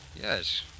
Yes